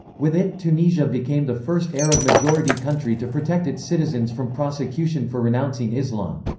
with it, tunisia became the first arab-majority country to protect its citizens from prosecution for renouncing islam.